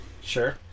Sure